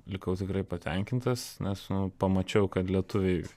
likau tikrai patenkintas nes pamačiau kad lietuviai